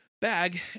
bag